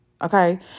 Okay